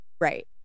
Right